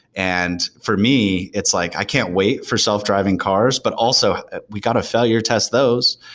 and for me it's like i can't wait for self-driving cars, but also we got to failure test those.